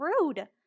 rude